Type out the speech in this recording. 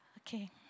okay